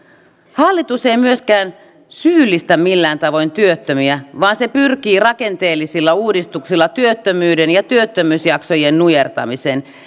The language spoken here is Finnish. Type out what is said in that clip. hallitus ei myöskään syyllistä millään tavoin työttömiä vaan se pyrkii rakenteellisilla uudistuksilla työttömyyden ja työttömyysjaksojen nujertamiseen